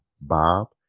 Bob